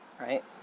right